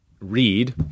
read